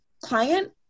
client